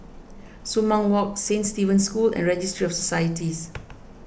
Sumang Walk Saint Stephen's School and Registry of Societies